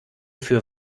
für